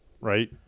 right